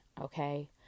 Okay